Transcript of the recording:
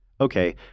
okay